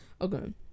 Okay